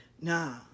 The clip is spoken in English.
Nah